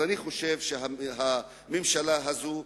אני חושב שהממשלה הזאת,